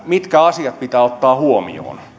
mitkä asiat pitää ottaa huomioon